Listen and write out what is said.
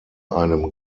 einem